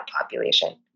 population